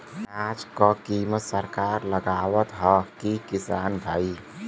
अनाज क कीमत सरकार लगावत हैं कि किसान भाई?